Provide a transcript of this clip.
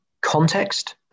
Context